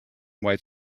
white